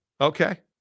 Okay